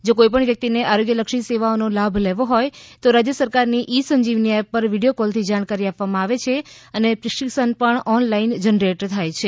જો કોઇપણ વ્યક્તિને આરોગ્યલક્ષી સેવાઓનો લાભ લેવો હોય તો રાજ્ય સરકારની ઇ સંજીવની એપ પર વીડિયો કોલથી જાણકારી આપવામાં આવે છે અને પ્રિસ્કિપ્શન પણ ઑનલાઇન જનરેટ થાય છે